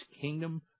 kingdom